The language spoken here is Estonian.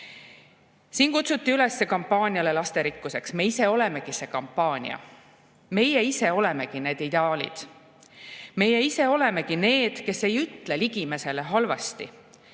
Siin kutsuti üles lasterikkuse kampaaniale. Me ise olemegi see kampaania, meie ise olemegi need ideaalid. Meie ise olemegi need, kes ei ütle ligimesele halvasti.